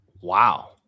wow